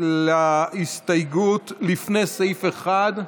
להסתייגות לפני סעיף 1,